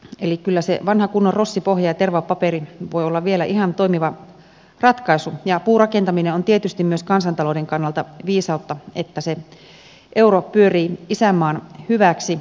eli kyllä se vanha kunnon rossipohja ja tervapaperi voi olla vielä ihan toimiva ratkaisu ja puurakentaminen on tietysti myös kansantalouden kannalta viisautta että se euro pyörii isänmaan hyväksi